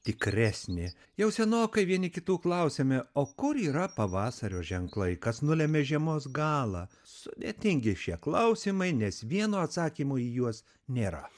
tikresnė jau senokai vieni kitų klausiame o kur yra pavasario ženklai kas nulemia žiemos galą sudėtingi šie klausimai nes vieno atsakymoį juos nėra